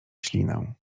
ślinę